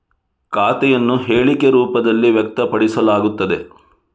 ಖಾತೆಯನ್ನು ಹೇಳಿಕೆ ರೂಪದಲ್ಲಿ ವ್ಯಕ್ತಪಡಿಸಲಾಗುತ್ತದೆ